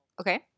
okay